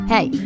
Hey